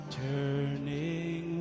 turning